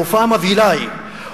ההופעה המבהילה ההיא,